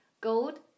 Gold